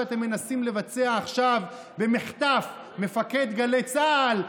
שאתם מנסים לבצע עכשיו במחטף: מפקד גלי צה"ל,